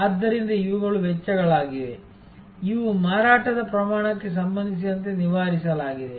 ಆದ್ದರಿಂದ ಇವುಗಳು ವೆಚ್ಚಗಳಾಗಿವೆ ಇವು ಮಾರಾಟದ ಪ್ರಮಾಣಕ್ಕೆ ಸಂಬಂಧಿಸಿದಂತೆ ನಿವಾರಿಸಲಾಗಿದೆ